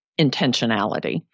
intentionality